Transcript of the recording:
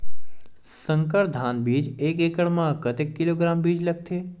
संकर धान बीज एक एकड़ म कतेक किलोग्राम बीज लगथे?